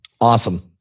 Awesome